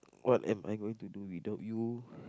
what am I going to do without you